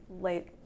late